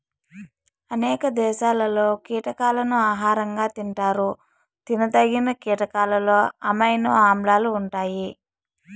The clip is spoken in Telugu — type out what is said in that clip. అనేక దేశాలలో కీటకాలను ఆహారంగా తింటారు తినదగిన కీటకాలలో అమైనో ఆమ్లాలు ఉంటాయి